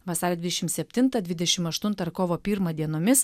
vasario dvidešimt septintą dvidešimt aštuntą kovo pirmą dienomis